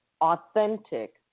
authentic